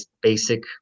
basic